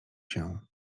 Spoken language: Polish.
się